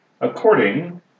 According